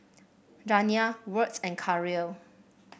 Janiah Wirt and Karyl